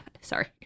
Sorry